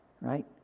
Right